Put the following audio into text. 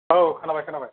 औ खोनाबाय खोनाबाय